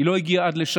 היא לא הגיעה עד לשם,